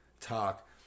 talk